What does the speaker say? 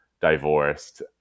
divorced